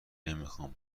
نمیخام